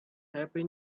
happy